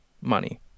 money